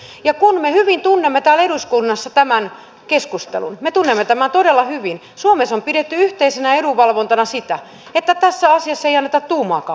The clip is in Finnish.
ja me hyvin tunnemme täällä eduskunnassa tämän keskustelun me tunnemme tämän todella hyvin suomessa on pidetty yhteisenä edunvalvontana sitä että tässä asiassa ei anneta tuumaakaan periksi